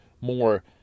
more